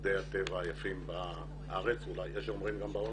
ממוקדי הטבע היפים בארץ ויש האומרים גם בעולם.